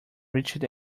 reached